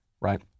right